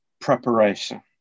preparation